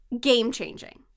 game-changing